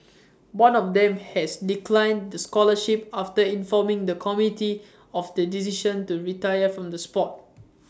one of them has declined the scholarship after informing the committee of the decision to retire from the Sport